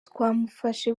twamufashe